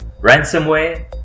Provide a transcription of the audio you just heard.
ransomware